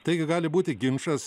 taigi gali būti ginčas